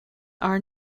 are